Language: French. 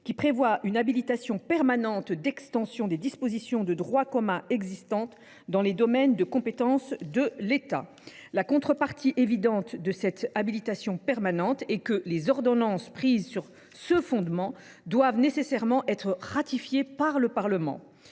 qui prévoit une habilitation permanente d’extension des dispositions de droit commun existantes dans les domaines de compétences de l’État. La contrepartie évidente de cette habilitation permanente est que les ordonnances prises sur ce fondement doivent nécessairement être ratifiées par le Parlement,